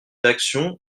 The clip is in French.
d’action